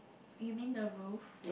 you mean the roof